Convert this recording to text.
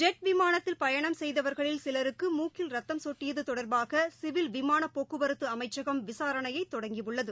jet விமானத்தில் பயணம் செய்தவர்களில் சிலருக்கு மூக்கில் ரத்தம் கொட்டியது தொடர்பாக சிவில் விமான போக்குவரத்து அமைச்சகம் விசாரணையை தொடங்கியுள்ளது